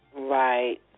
Right